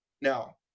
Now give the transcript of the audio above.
Now